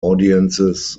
audiences